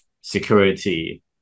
security